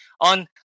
on